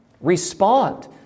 Respond